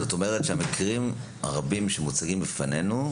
זאת אומרת שהמקרים הרבים שמוצגים בפנינו,